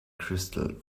crystal